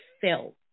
felt